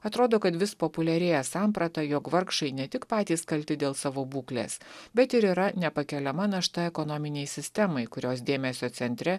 atrodo kad vis populiarėja samprata jog vargšai ne tik patys kalti dėl savo būklės bet ir yra nepakeliama našta ekonominei sistemai kurios dėmesio centre